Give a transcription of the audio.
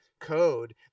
code